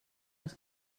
els